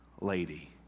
lady